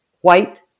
white